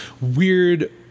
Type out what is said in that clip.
weird